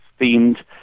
themed